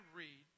read